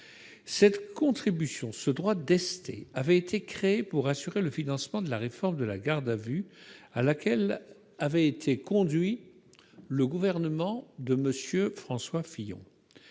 Cette contribution avait été créée pour assurer le financement de la réforme de la garde à vue à laquelle avait été conduit le gouvernement de M. François Fillon.